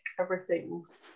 Everything's